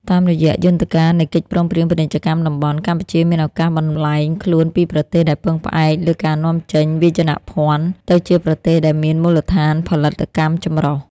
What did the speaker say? តាមរយៈយន្តការនៃកិច្ចព្រមព្រៀងពាណិជ្ជកម្មតំបន់ កម្ពុជាមានឱកាសបំប្លែងខ្លួនពីប្រទេសដែលពឹងផ្អែកលើការនាំចេញវាយនភណ្ឌ ទៅជាប្រទេសដែលមានមូលដ្ឋានផលិតកម្មចម្រុះ។